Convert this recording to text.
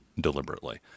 deliberately